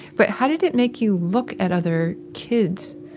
but how did it make you look at other kids?